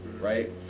right